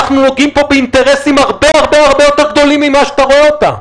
אנחנו נוגעים פה באינטרסים הרבה הרבה יותר גדולים ממה שאתה רואה אותם.